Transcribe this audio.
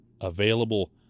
available